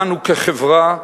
ואנו כחברה,